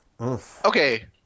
Okay